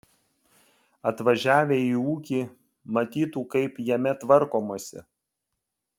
atvažiavę į ūkį matytų kaip jame tvarkomasi